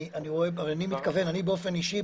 אני באופן אישי,